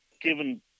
given